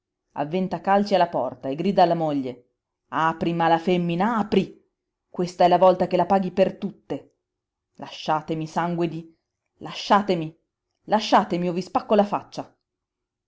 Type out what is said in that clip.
avventa calci alla porta e grida alla moglie apri mala femmina apri questa è la volta che la paghi per tutte lasciatemi sangue di lasciatemi lasciatemi o vi spacco la faccia